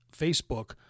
Facebook